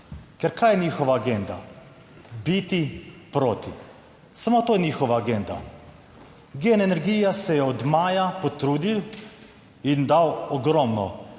Ker, kaj je njihova agenda? Biti proti. Samo to je njihova agenda. GEN Energija se je od maja potrudil in dal ogromno